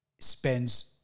spends